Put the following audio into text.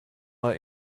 mal